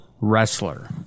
wrestler